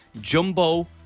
Jumbo